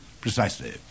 Precisely